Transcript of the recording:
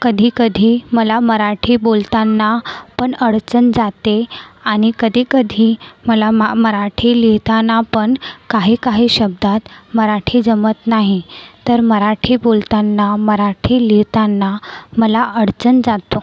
कधीकधी मला मराठी बोलताना पण अडचण जाते आणि कधीकधी मला मा मराठी लिहिताना पण काही काही शब्दात मराठी जमत नाही तर मराठी बोलताना मराठी लिहिताना मला अडचण जातो